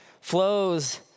flows